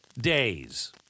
days